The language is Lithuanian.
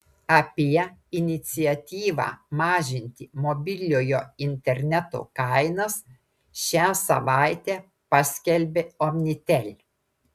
apie iniciatyvą mažinti mobiliojo interneto kainas šią savaitę paskelbė omnitel